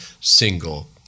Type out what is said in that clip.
single